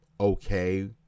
okay